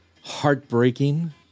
heartbreaking